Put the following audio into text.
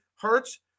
Hurts